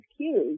cues